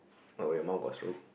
what when your mum got stroke